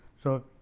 so,